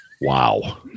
Wow